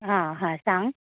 हां हां सांग